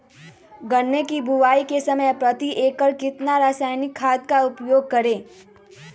गन्ने की बुवाई के समय प्रति एकड़ कितना रासायनिक खाद का उपयोग करें?